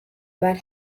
but